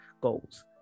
goals